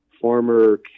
former